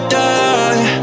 die